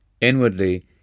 inwardly